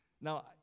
Now